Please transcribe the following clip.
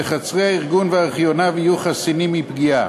וחצרי הארגון וארכיוניו יהיו חסינים מפגיעה.